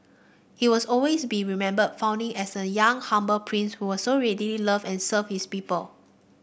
he was always be remembered fondly as a young humble prince who so readily loved and served his people